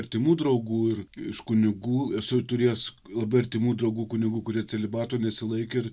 artimų draugų ir iš kunigų esu turėjęs labai artimų draugų kunigų kurie celibato nesilaikė ir